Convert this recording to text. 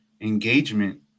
engagement